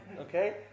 okay